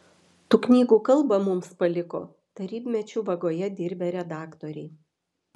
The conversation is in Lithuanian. tų knygų kalbą mums paliko tarybmečiu vagoje dirbę redaktoriai